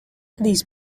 these